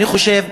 אני חושב,